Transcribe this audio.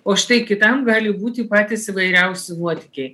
o štai kitam gali būti patys įvairiausi nuotykiai